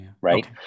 right